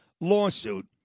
lawsuit